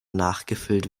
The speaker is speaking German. nachgefüllt